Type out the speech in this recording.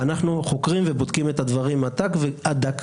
אנחנו חוקרים ובודקים את הדברים עד דק.